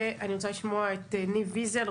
ואני רוצה לשמוע את ניב ויזל,